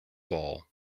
ball